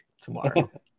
tomorrow